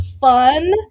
fun